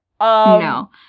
No